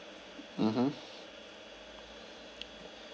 mmhmm